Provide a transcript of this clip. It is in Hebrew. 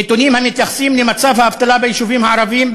נתונים המתייחסים למצב האבטלה ביישובים הערביים,